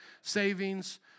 savings